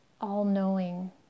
all-knowing